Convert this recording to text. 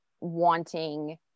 wanting